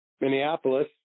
Minneapolis